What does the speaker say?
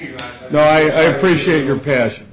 you know i appreciate your passion